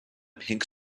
pink